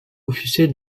officielle